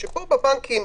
שבבנקים,